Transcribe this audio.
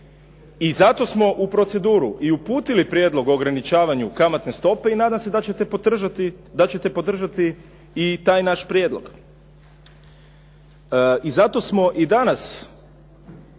I zato smo u proceduru i uputili prijedlog u ograničavanju kamatne stope i nadam se da ćete podržati i taj naš prijedlog. I zato smo i danas